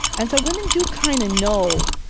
and so women do kind of know.